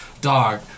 Dog